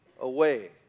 away